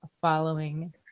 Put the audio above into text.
following